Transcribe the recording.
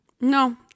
No